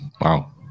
Wow